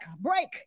break